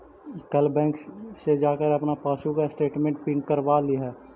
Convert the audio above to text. कल बैंक से जाकर अपनी पासबुक स्टेटमेंट प्रिन्ट करवा लियह